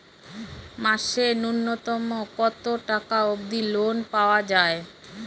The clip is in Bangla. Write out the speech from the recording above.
মাসে নূন্যতম কতো টাকা অব্দি লোন পাওয়া যায়?